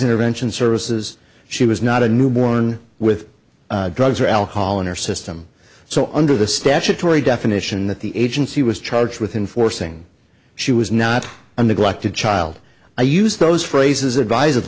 intervention services she was not a newborn with drugs or alcohol in her system so under the statutory definition that the agency was charged with enforcing she was not on the glock to child i use those phrases